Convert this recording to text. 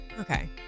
Okay